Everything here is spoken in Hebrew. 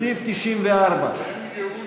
סעיף 94. אין ייאוש בעולם,